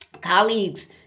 colleagues